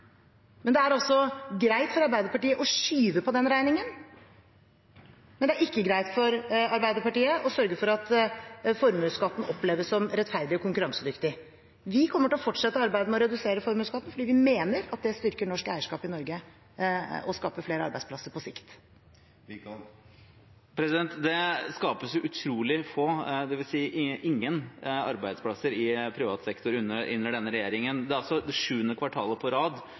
Det er altså greit for Arbeiderpartiet å skyve på den regningen, men det er ikke greit for Arbeiderpartiet å sørge for at formuesskatten oppleves som rettferdig og konkurransedyktig. Vi kommer til å fortsette arbeidet med å redusere formuesskatten, fordi vi mener at det styrker norsk eierskap i Norge og skaper flere arbeidsplasser på sikt. Det skapes utrolig få – dvs. ingen – arbeidsplasser i privat sektor under denne regjeringen. Dette er det 7. kvartalet på rad